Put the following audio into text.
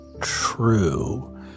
true